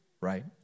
Right